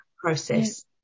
process